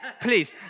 please